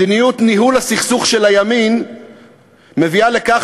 מדיניות ניהול הסכסוך של הימין מביאה לכך